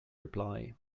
reply